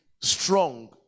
strong